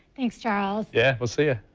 thanks charles. yeah, we'll see ah